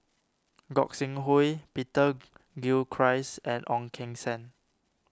Gog Sing Hooi Peter Gilchrist and Ong Keng Sen